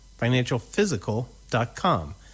financialphysical.com